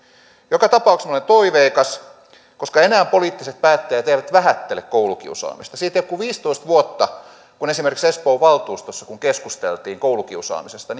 joka tapauksessa minä olen toiveikas koska enää poliittiset päättäjät eivät vähättele koulukiusaamista siitä ei ole kuin viisitoista vuotta kun esimerkiksi espoon valtuustossa kun keskusteltiin koulukiusaamisesta